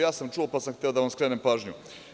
Ja sam čuo, pa sam hteo da vam skrenem pažnju.